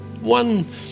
One